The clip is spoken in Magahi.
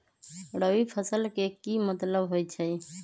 रबी फसल के की मतलब होई छई?